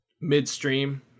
midstream